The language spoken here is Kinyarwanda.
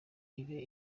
ibe